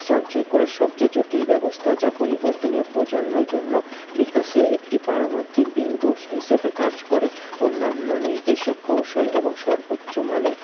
সঞ্চয় করার সবচেয়ে জটিল ব্যবস্থা যা পরিবর্তনের প্রজন্মের জন্য বিকাশে একটি পারমাত্রিক বিন্দু হিসাবে কাজ করে অন্যান্য নির্দেশ ও কৌশল এবং সর্বোচ্চ মানের